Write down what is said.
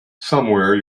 somewhere